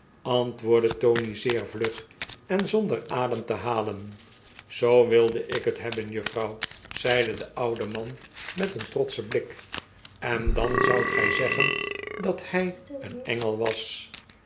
antwoordde tony zeer vlug en zonder adem te halen zoo wilde ik het hebben juffrouw zeide de oude man met een trotschen blik en dan zoudt gij zeggen dat hij een engel was